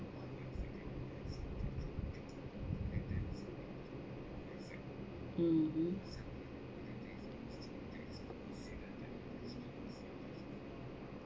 mm